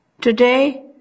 Today